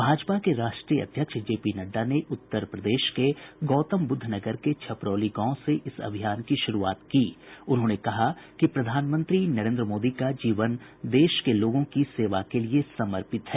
भाजपा के राष्ट्रीय अध्यक्ष जेपी नड्डा ने उत्तरप्रदेश के गौतम बुद्धनगर के छपरौली गांव से इस अभियान की शुरूआत करते हुए कहा कि प्रधानमंत्री नरेन्द्र मोदी का जीवन देश के लोगों की सेवा के लिए समर्पित है